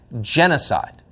genocide